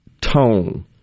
tone